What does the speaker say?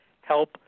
Help